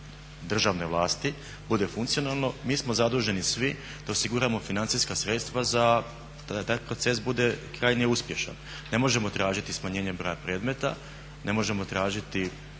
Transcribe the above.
državne vlasti bude funkcionalno mi smo zaduženi svi da osiguramo financijska sredstva da taj proces bude krajnje uspješan. Ne možemo tražiti smanjenje broja predmeta, ne možemo tražiti